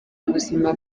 ubuzima